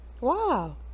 Wow